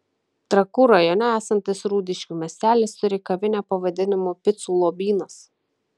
trakų rajone esantis rūdiškių miestelis turi kavinę pavadinimu picų lobynas